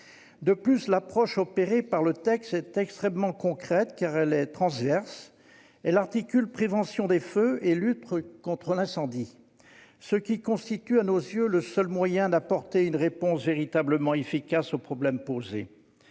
De plus, l'approche opérée par le texte est extrêmement concrète, car elle est transversale. Elle articule prévention des feux et lutte contre l'incendie, ce qui constitue à nos yeux le seul moyen d'apporter une réponse véritablement efficace au problème posé.